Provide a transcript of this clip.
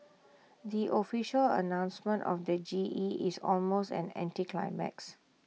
the official announcement of the G E is almost an anticlimax